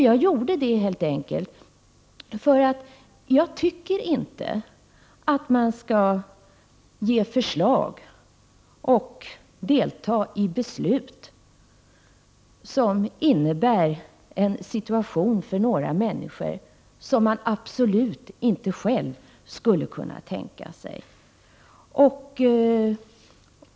Jag ställde frågen helt enkelt för att jag tycker att man inte skall lägga fram förslag och delta i beslut som för många människor innebär en situation som man absolut inte själv skulle kunna tänka sig.